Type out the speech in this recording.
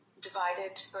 divided